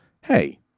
hey